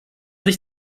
sich